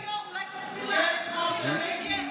אדוני היו"ר, אולי תסביר לאזרחים מה זה גר.